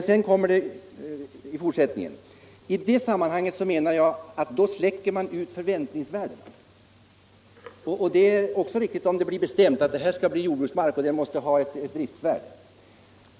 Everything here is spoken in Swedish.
Sedan fortsätter jordbruksministern: ”I det sammanhanget så menar jag att då släcker man ut förväntningsvärden —--.” Det är också riktigt. Om det blir bestämt att marken skall bli jordbruksmark, måste hänsyn tas till driftvärdet vid ägarbyte.